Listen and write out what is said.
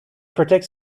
protects